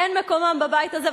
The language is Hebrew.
אין מקומם בבית הזה,